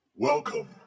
Welcome